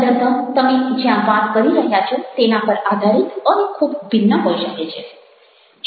સંદર્ભ તમે જ્યાં વાત કરી રહ્યા છો તેના પર આધારિત અને ખૂબ ભિન્ન હોઈ શકે છે